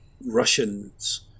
Russians